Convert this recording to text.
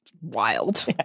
Wild